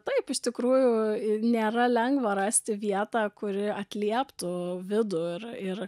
taip iš tikrųjų nėra lengva rasti vietą kuri atlieptų vidų ir ir